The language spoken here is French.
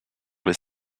les